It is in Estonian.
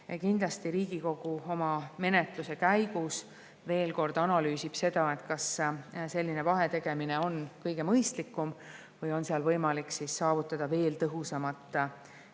Kindlasti Riigikogu oma menetluse käigus veel kord analüüsib seda, kas selline vahetegemine on kõige mõistlikum või on seal võimalik saavutada veel tõhusamat